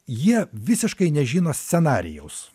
jie visiškai nežino scenarijaus